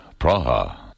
Praha